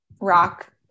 rock